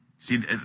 See